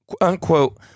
unquote